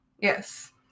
Yes